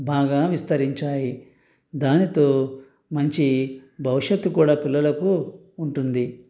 బాగా విస్తరించాయి దానితో మంచి భవిష్యత్తు కూడా పిల్లలకు ఉంటుంది